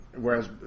whereas